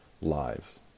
lives